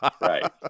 Right